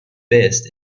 best